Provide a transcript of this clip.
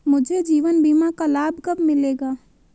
मुझे जीवन बीमा का लाभ कब मिलेगा?